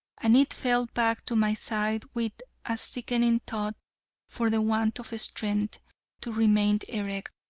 and it fell back to my side with a sickening thud for the want of strength to remain erect.